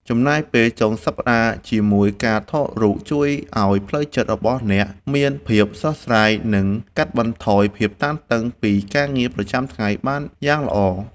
ចំណាយពេលចុងសប្តាហ៍ជាមួយការថតរូបជួយឱ្យផ្លូវចិត្តរបស់អ្នកមានភាពស្រស់ស្រាយ និង កាត់បន្ថយភាពតានតឹងពីការងារប្រចាំថ្ងៃបានយ៉ាងល្អ។